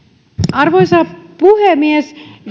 arvoisa puhemies